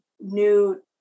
new